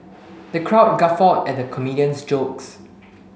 the crowd guffawed at the comedian's jokes